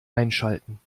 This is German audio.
einschalten